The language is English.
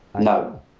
No